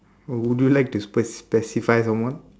would would you like to spec~ specify someone